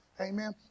amen